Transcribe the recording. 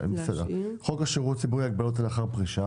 חוק לשירות ציבורי (הגבלות לאחר פרישה).